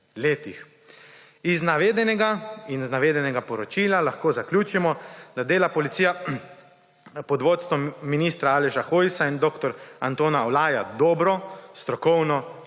letih. Iz navedenega ter iz navedenega poročila lahko zaključimo, da dela policija pod vodstvom ministra Aleša Hojsa in dr. Antona Olaja dobro, strokovno